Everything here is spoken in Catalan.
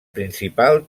principal